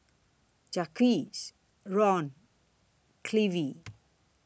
Jacques Ron Clevie